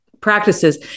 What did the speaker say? practices